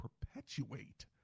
perpetuate